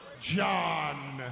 John